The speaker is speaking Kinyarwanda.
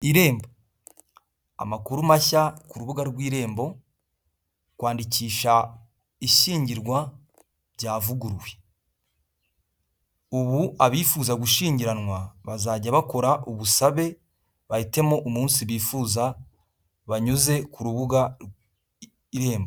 Irembo amakuru mashya ku rubuga rw'irembo kwandikisha ishyingirwa byavuguruwe ubu abifuza gushyingiranwa bazajya bakora ubusabe bahitemo umunsi bifuza banyuze ku rubuga irembo.